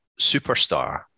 superstar